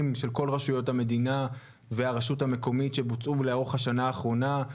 של כל רשויות המדינה והרשות המקומית שבוצעו לאורך השנה האחרונה,